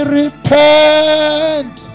repent